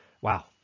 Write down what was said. wow